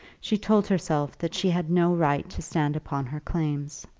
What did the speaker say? she told herself that she had no right to stand upon her claims.